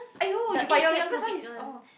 !aiyo! you but your youngest one is orh